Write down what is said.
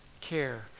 care